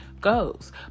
goes